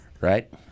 right